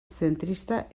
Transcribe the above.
zentrista